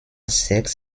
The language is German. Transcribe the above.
sechs